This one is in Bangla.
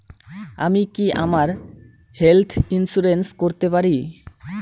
আমি কি আমার হেলথ ইন্সুরেন্স করতে পারি?